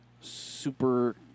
super